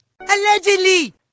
Allegedly